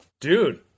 Dude